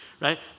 right